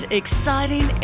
exciting